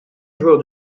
joueur